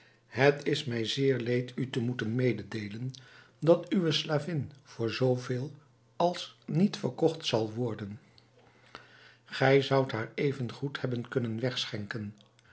het is mij zeer leed u te moeten mededeelen dat uwe slavin voor zooveel als niet verkocht zal worden gij zoudt haar even goed hebben kunnen weg schenken